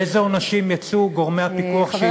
באיזה עונשים יצאו גורמי הפיקוח שהתרשלו?